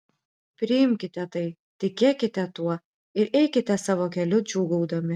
priimkite tai tikėkite tuo ir eikite savo keliu džiūgaudami